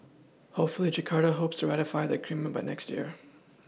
how fray Jakarta hopes to ratify the agreement by next year